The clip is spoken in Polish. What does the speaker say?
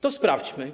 To sprawdźmy.